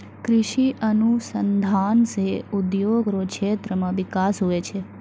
कृषि अनुसंधान से उद्योग रो क्षेत्र मे बिकास हुवै छै